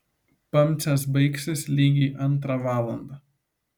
pamcės baigsis lygiai antrą valandą